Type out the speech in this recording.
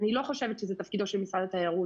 אני לא חושבת שזה תפקידו של משרד התיירות